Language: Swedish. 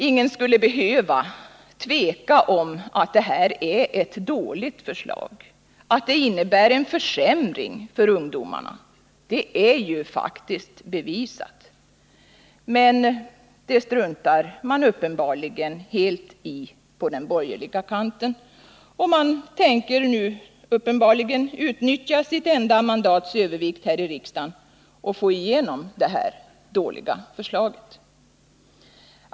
Ingen skulle behöva tvivla på att det här är ett dåligt förslag, att det innebär en försämring för ungdomarna. Det är faktiskt bevisat. Men det struntar man uppenbarligen helt i på den borgerliga kanten. Uppenbarligen tänker man utnyttja sitt enda mandats övervikt här i riksdagen och driva igenom det här dåliga förslaget.